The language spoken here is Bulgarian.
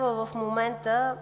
в момента